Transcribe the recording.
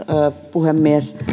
puhemies